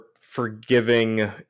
forgiving